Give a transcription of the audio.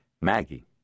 Maggie